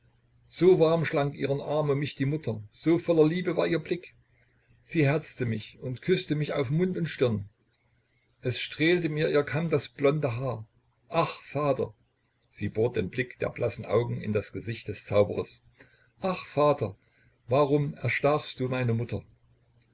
so warm schlang ihren arm um mich die mutter so voller liebe war ihr blick sie herzte mich und küßte mich auf mund und stirn es strählte mir ihr kamm das blonde haar ach vater sie bohrt den blick der blassen augen in das gesicht des zauberers ach vater warum erstachst du meine mutter